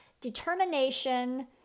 determination